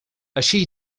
així